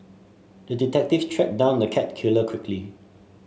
the detective tracked down the cat killer quickly